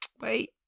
wait